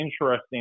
interesting